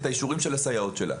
את האישורים של הסייעות שלה.